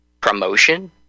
promotion